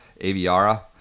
Aviara